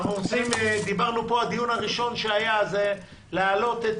הדיון הראשון שערכנו היה על הבקשה להעלות את